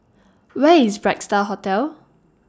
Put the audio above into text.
Where IS Bright STAR Hotel